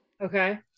Okay